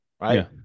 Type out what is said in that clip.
Right